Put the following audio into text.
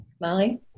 Molly